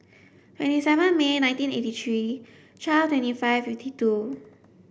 twenty seven May nineteen eighty three twelve twenty five fifty two